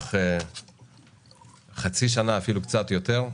במשך חצי שנה, אפילו קצת יותר.